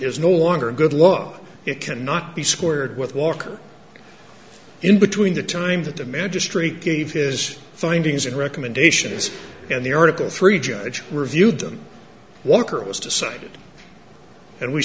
is no longer a good law it cannot be squared with walk in between the time that the magistrate gave his findings and recommendations and the article three judge reviewed them walker it was decided and we